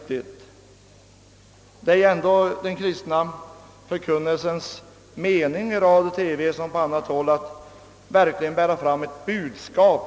Det är ju ändå den kristna förkunnelsens mening, i radio och TV som på andra håll, att verkligen bära fram ett budskap.